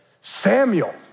Samuel